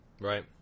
Right